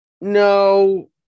No